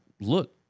look